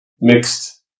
mixed